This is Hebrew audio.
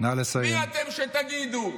מי אתם שתגידו